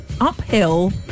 uphill